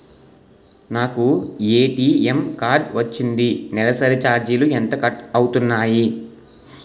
నాకు ATM card వచ్చింది నెలసరి ఛార్జీలు ఎంత కట్ అవ్తున్నాయి?